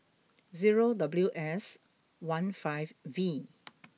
zero W S one five V